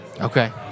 Okay